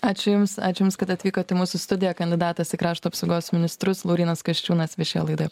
ačiū jums ačiū jums kad atvykot į mūsų studiją kandidatas į krašto apsaugos ministrus laurynas kasčiūnas viešėjo laidoje